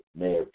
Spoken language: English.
Mayor